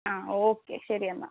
ആ ഓക്കെ ശരി എന്നാൽ